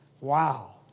Wow